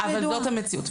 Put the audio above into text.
זאת המציאות.